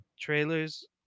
trailers